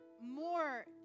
more